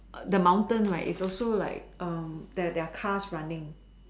the mountain right is also like there are cars running